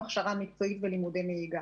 הכשרה מקצועית ולימודי נהיגה.